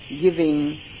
giving